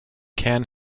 can